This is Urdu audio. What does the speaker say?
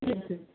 ٹھیک ٹھیک